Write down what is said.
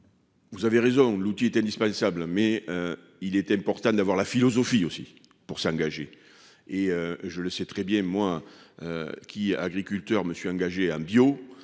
Vous avez raison. L'outil est indispensable mais. Il était important d'avoir la philosophie aussi pour s'engager et je le sais très bien moi. Qui agriculteur monsieur engagées en bio.